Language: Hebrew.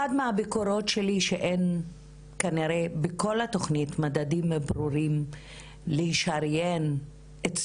אחת מהביקורות שלי שאין כנראה בכל התוכנית מדדים ברורים לשריין את